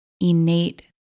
innate